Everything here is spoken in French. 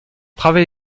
travail